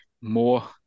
more